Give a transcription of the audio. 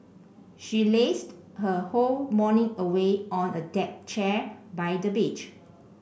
she lazed her whole morning away on a deck chair by the beach